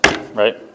right